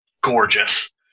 gorgeous